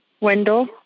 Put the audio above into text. Wendell